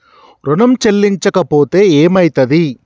ఋణం చెల్లించకపోతే ఏమయితది?